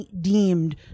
deemed